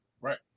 right